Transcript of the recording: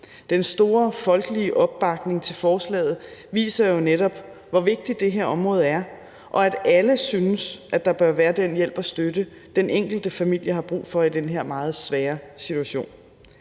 Den store folkelige opbakning til forslaget viser jo netop, hvor vigtigt det her område er, og at alle synes, at der bør være den hjælp og støtte, den enkelte familie har brug for i den her meget svære situation.